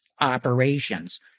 operations